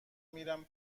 میرم